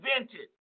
invented